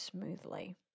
smoothly